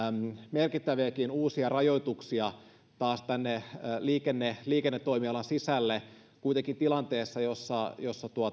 merkittäviäkin uusia rajoituksia taas tänne liikennetoimialan sisälle kuitenkin tilanteessa jossa jossa